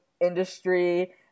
industry